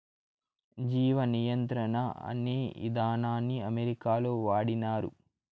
జీవ నియంత్రణ అనే ఇదానాన్ని అమెరికాలో వాడినారు